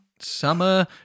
summer